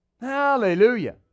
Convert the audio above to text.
Hallelujah